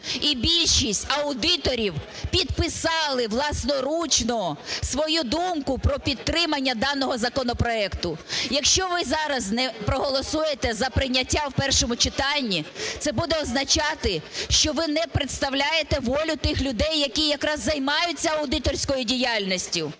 і більшість аудиторів підписали власноручно свою думку про підтримання даного законопроекту. Якщо ви зараз не проголосуєте за прийняття в першому читанні, це буде означати, що ви не представляєте волю тих людей, які якраз займаються аудиторською діяльністю.